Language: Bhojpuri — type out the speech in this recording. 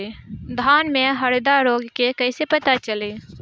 धान में हरदा रोग के कैसे पता चली?